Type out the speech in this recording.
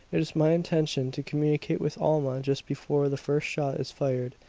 it is my intention to communicate with alma just before the first shot is fired,